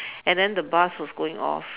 and then the bus was going off